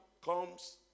comes